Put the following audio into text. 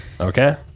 Okay